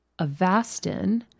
Avastin